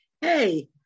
hey